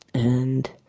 and